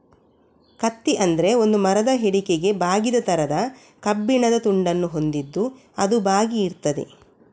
ಕತ್ತಿ ಅಂದ್ರೆ ಒಂದು ಮರದ ಹಿಡಿಕೆಗೆ ಬಾಗಿದ ತರದ ಕಬ್ಬಿಣದ ತುಂಡನ್ನ ಹೊಂದಿದ್ದು ಅದು ಬಾಗಿ ಇರ್ತದೆ